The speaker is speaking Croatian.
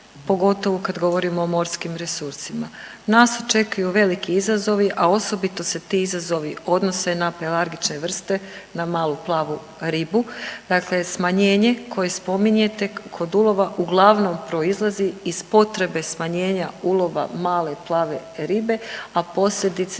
pogotovo kad govorimo o morskim resursima. Nas očekuju veliki izazovi, a osobito se ti izazovi odnose na pelargične vrste na malu plavu ribu, dakle smanjenje koje spominjete kod ulova uglavnom proizlazi iz potrebe smanjenja ulova male plave ribe, a posljedice